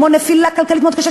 כמו נפילה כלכלית מאוד קשה,